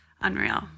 Unreal